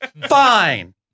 Fine